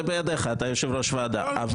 זה בידיך, אתה יושב-ראש ועדה.